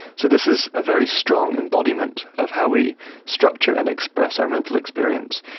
so this is a very strong embodiment of how we structure and express our mental experience.